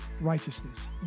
righteousness